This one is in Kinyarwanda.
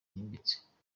bwimbitse